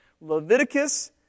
Leviticus